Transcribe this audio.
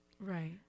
Right